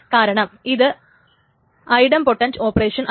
കാരണം ഇത് idempotent operation അല്ല